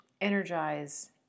energize